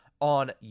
on